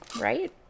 Right